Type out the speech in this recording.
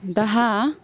धा